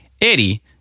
Eddie